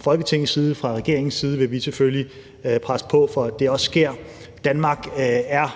Folketingets og fra regeringens side vil vi selvfølgelig også presse på for sker. Danmark er